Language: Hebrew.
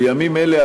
בימים אלה,